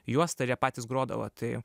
juostą ir jie patys grodavo tai